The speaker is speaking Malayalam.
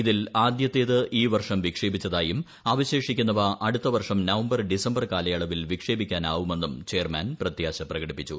ഇതിൽ ആദ്യത്തേത് ഈ വർഷം വിക്ഷേപിച്ചതായും അവശേഷിക്കുന്നവ അടുത്ത വർഷം നവംബർ ഡിസംബർ കാലയളവിൽ വിക്ഷേപിക്കാനാവുമെന്നും ചെയർമാൻ പ്രത്യാശ പ്രകടിപ്പിച്ചു